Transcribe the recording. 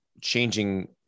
changing